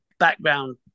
background